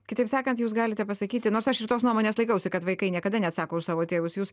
kitaip sakant jūs galite pasakyti nors aš ir tos nuomonės laikausi kad vaikai niekada neatsako už savo tėvus jūs